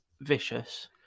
vicious